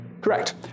Correct